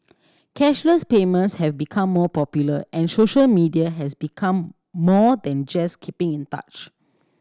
cashless payments have become more popular and social media has become more than just keeping in touch